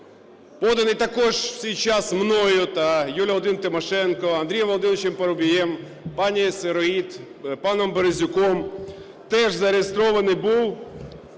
поданий також у свій час мною та Юлією Володимирівною Тимошенко, Андрієм Володимировичем Парубієм, пані Сироїд, паном Березюком, теж зареєстрований був